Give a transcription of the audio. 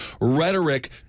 rhetoric